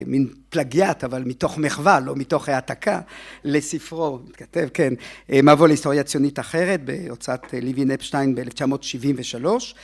מן פלגיאטה אבל מתוך מחווה לא מתוך העתקה לספרו מתכתב כן מבוא להיסטוריה ציונית אחרת בהוצאת ליבי נפשטיין ב1973